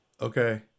Okay